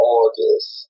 August